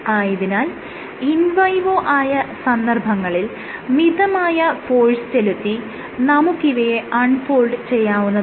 ആയതിനാൽ in vivo ആയ സന്ദർഭങ്ങളിൽ മിതമായ ഫോഴ്സ് ചെലുത്തി നമുക്ക് ഇവയെ അൺ ഫോൾഡ് ചെയ്യാവുന്നതാണ്